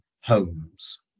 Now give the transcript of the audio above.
homes